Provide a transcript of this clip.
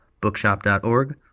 bookshop.org